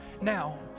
now